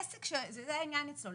עסק שזה העניין אצלו,